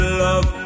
love